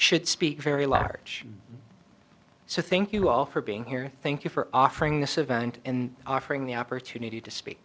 should speak very large so i think you all for being here thank you for offering this event and offering the opportunity to speak